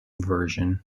version